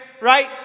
right